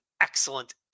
excellent